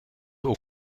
ook